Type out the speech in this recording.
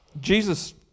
Jesus